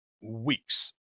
weeks